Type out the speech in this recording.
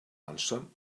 lunchtime